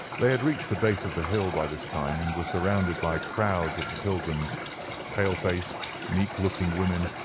they had reached the base of the hill by this time, and were surrounded by crowds of the pilgrimsaeur pale-faced meek-looking women,